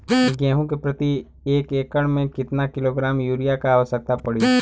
गेहूँ के प्रति एक एकड़ में कितना किलोग्राम युरिया क आवश्यकता पड़ी?